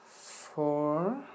four